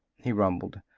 he rumbled.